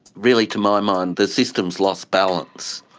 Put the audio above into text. really, to my mind the system's lost balance.